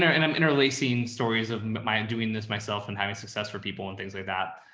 and and i'm interlacing stories of my and doing this myself and having success for people and things like that.